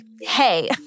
hey